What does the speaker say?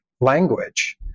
language